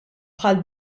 bħal